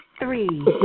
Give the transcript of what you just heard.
Three